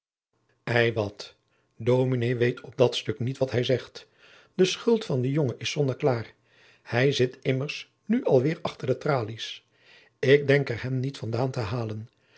ei wat dominé weet op dat stuk niet wat hij zegt de schuld van den jonge is zonneklaar hij zit immers nu al weêr achter de tralies ik denk er hem niet van daan te halen